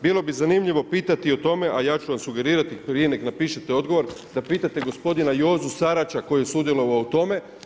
Bilo bi zanimljivo pitati o tome, a ja ću vam sugerirati prije nego napišete odgovor da pitate gospodina Jozu Sarača koji je sudjelovalo u tome.